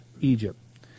Egypt